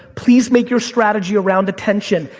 please make your strategy around attention.